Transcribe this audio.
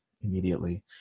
immediately